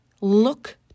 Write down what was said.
look